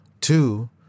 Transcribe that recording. Two